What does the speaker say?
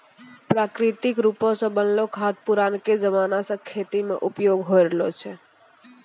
प्राकृतिक रुपो से बनलो खाद पुरानाके जमाना से खेती मे उपयोग होय रहलो छै